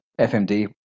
FMD